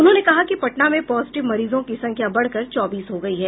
उन्होंने कहा कि पटना में पॉजिटिव मरीजों की संख्या बढ़कर चौबीस हो गई है